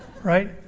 right